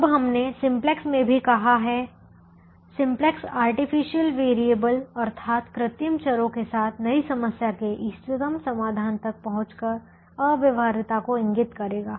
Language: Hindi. अब हमने सिम्प्लेक्स में भी कहा है सिम्प्लेक्स आर्टिफिशियल वेरिएबल अर्थात कृत्रिम चरों के साथ नई समस्या के इष्टतम समाधान तक पहुंचकर अव्यवहार्यता को इंगित करेगा